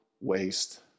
waste